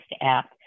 app